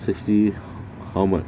sixty how much